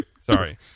Sorry